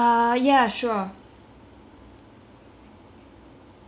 uh ya sure